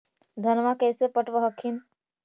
धन्मा कैसे पटब हखिन?